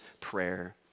prayer